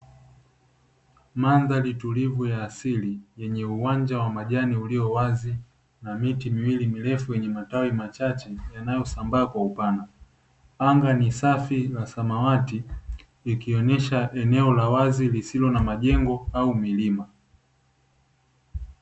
Mandhari tulivu ya asili yenye uwanja wa majani uliowazi, na miti miwili mirefu yenye matawi maachache yanayosambaa kwa upana. Anga ni safi la samawati likionesha eneo la wazi lisilo na majengo au milima.